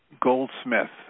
Goldsmith